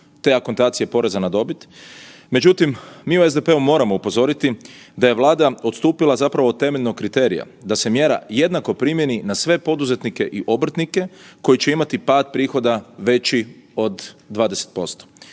te akontacija poreza na dobit, međutim mi u SDP-u moramo upozoriti da je Vlada odstupila zapravo od temeljnog kriterija da se mjera jednako primjeni na sve poduzetnike i obrtnike koji će imati pad prihoda veći od 20%.